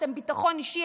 הבטחתם ביטחון אישי,